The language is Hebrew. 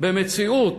במציאות